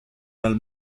nel